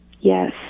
Yes